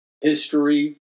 history